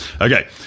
Okay